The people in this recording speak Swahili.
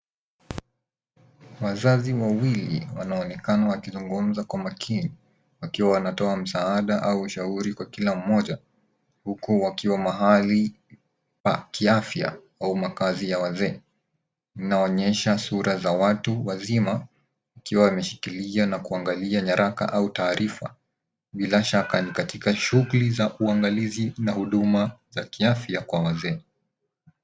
Wazazi wawili wanaonekana wakizungumza kwa makini. Wakiwa wanatoa msaada au ushauri kwa kila mmoja. Huko wakiwa mahali pa kiafya au makazi ya wazee. Inaonyesha sura za watu wazima ikiwa wameshikilia na kuangalia nyaraka au taarifa. Bila shaka ni katika shughuli za uangalizi na huduma za kiafya kwa wazee.